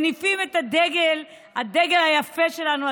מניפים את הדגל היפה שלנו,